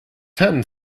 ten